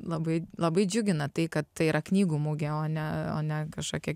labai labai džiugina tai kad tai yra knygų mugė o ne o ne kažkokia